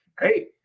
Hey